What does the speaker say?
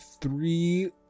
three